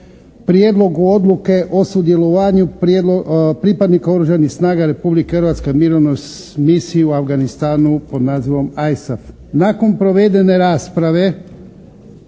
Prijedlogu odluke o sudjelovanju pripadnika oružanih snaga Republike Hrvatske u mirovnoj misiji u Afganistanu pod nazivom ISAF. Nakon provedene rasprave